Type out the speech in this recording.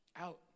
out